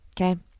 Okay